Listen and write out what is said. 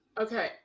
Okay